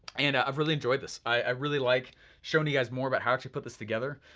and i've really enjoyed this, i really like showing you guys more about how actually put this together.